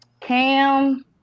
Cam